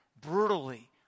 brutally